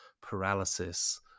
paralysis